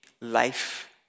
life